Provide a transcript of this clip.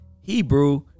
Hebrew